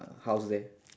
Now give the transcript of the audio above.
house there